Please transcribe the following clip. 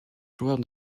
joueur